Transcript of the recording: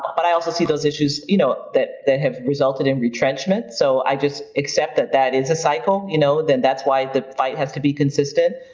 but i also see those issues you know that that have resulted in retrenchment. so i just accept that that is a cycle, you know and that's why the fight has to be consistent.